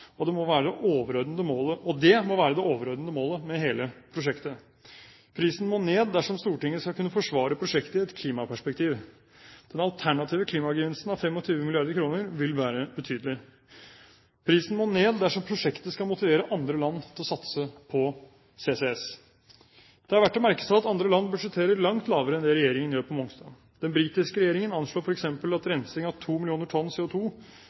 Og det må være det overordnede målet med hele prosjektet. Prisen må ned dersom Stortinget skal kunne forsvare prosjektet i et klimaperspektiv. Den alternative klimagevinsten av 25 mrd. kr vil være betydelig. Prisen må ned dersom prosjektet skal motivere andre land til å satse på CCS. Det er verdt å merke seg at andre land budsjetterer langt lavere enn det regjeringen gjør på Mongstad. Den britiske regjeringen anslår f.eks. at rensing av 2 mill. tonn